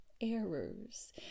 errors